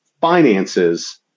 finances